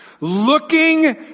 Looking